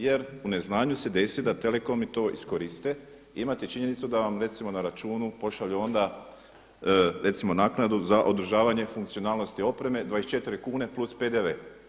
Jer u neznanju se desi da telekomi to iskoriste i imate činjenicu da vam recimo na računu pošalju onda recimo naknadu za održavanje funkcionalnosti opreme 24 kune plus PDV.